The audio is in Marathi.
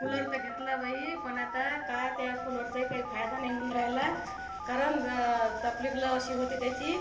कूलर तर घेतला बाई पण आता काय त्या कूलरचाही काही फायदा नाही होऊन राहिला कारण तपलिबला अशी होते त्याची